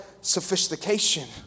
sophistication